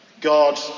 God